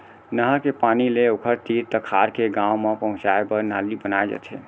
नहर के पानी ले ओखर तीर तखार के गाँव म पहुंचाए बर नाली बनाए जाथे